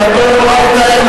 שאת לא יכולה לתאר לך.